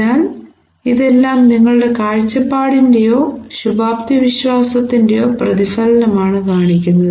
അതിനാൽ ഇതെല്ലം നിങ്ങളുടെ കാഴ്ചപ്പാടിന്റെയോ ശുഭാപ്തിവിശ്വാസത്തിന്റെയോ പ്രതിഫലനമാണ് കാണിക്കുന്നത്